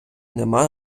нема